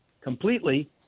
completely